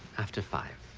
after five